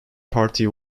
party